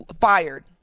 fired